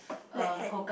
black hat